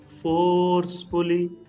forcefully